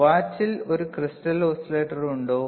വാച്ചിൽ ഒരു crystal oscillator ഉണ്ടോ